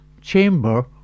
Chamber